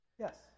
Yes